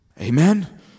Amen